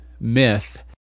myth